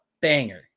banger